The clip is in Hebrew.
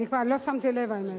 אני כבר לא שמתי לב, האמת.